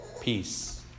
peace